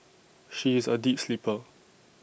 she is A deep sleeper